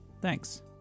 Thanks